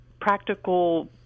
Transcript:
practical